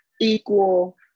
equal